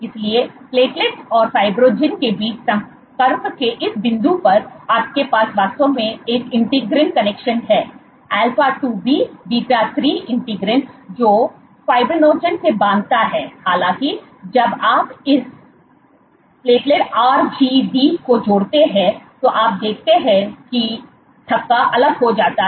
इसलिए प्लेटलेट और फाइब्रिनोजेन के बीच संपर्क के इस बिंदु पर आपके पास वास्तव में एक इंटीग्रीन कनेक्शन है α2b β3 इंटीग्रीन जो फिब्रिनोजेन से बांधता है हालांकि जब आप इस पेप्टाइड आरजीडी को जोड़ते हैं तो आप देखते हैं कि थक्का अलग हो जाता है